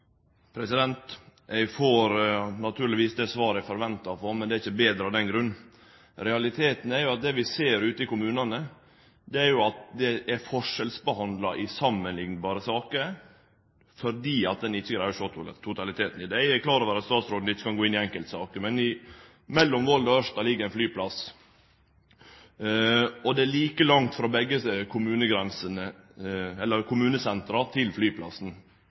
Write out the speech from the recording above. Eg får naturlegvis det svaret eg forventa å få, men det er ikkje betre av den grunn. Realiteten er at det vi ser ute i kommunane, er at ein forskjellsbehandlar i samanliknbare saker fordi ein ikkje greier å sjå totaliteten. Eg er klar over at statsråden ikkje kan gå inn i enkeltsaker, men mellom Volda og Ørsta ligg ein flyplass, og det er like langt frå begge